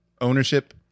ownership